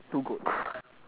two goats